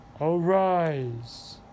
Arise